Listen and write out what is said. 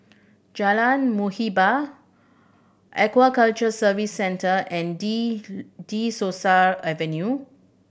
Jalan Muhibbah Aquaculture Service Centre and De De Souza Avenue